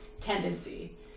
tendency